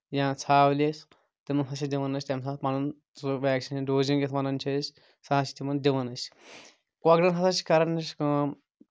یا ژھاوٕلِس تِمن ہسا چھِ دِوان أسۍ پَنُن سُہ ویکسین دوزنٛگۍ یَتھ وَنان چھِ أسی سُہ حظ چھِ تِمن دِوان أسۍ کۄکرن حظ کران چھِ أسۍ کٲم